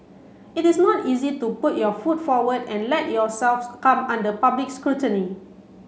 it is not easy to put your foot forward and let yourselves come under public scrutiny